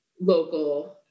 local